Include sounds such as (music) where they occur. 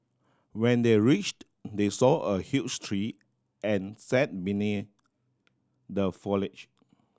when they reached they saw a huge tree and sat (unintelligible) the foliage